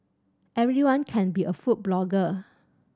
everyone can be a food blogger